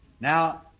Now